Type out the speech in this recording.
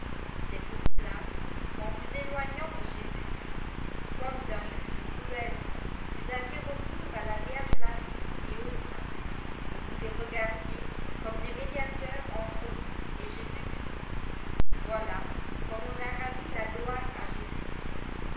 c'est pour cela qu'en vous éloignant de jésus christ comme d'un juge cruel vous aviez recours à la vierge marie et aux saints et vousles regardiez comme des médiateurs entre vous et jésus-christ voilà comme on â ravi la gloire à